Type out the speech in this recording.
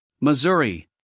Missouri